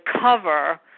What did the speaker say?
cover